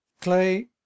Clay